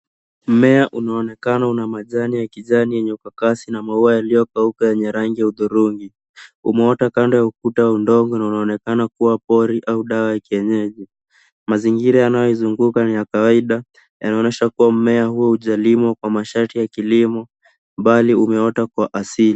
Mmea unaonekana una majani ya kijani yenye upakasi na maua iliyo kauka yenye rangi ya udhurungi umeota kando ya ukuta wa udongo unaonekana kuwa pori au dawa ya kienyeji. Mazingira yanayo izunguka ni ya kawaida inaonyesha kuwa mmea huo haujalimwa kwa masharti ya kilimo mabali umeota kwa asili.